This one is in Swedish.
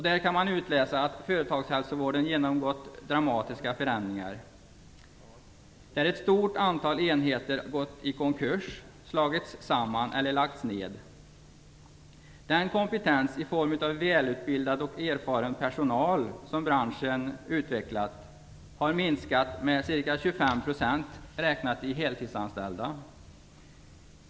Av den kan man utläsa att företagshälsovården har genomgått dramatiska förändringar. Ett stort antal enheter har gått i konkurs, slagits samman eller lagts ned. Den kompetens, i form av välutbildad och erfaren personal, som branschen har utvecklat har minskat med ca 25 %, räknat på heltidsanställda.